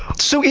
so, yeah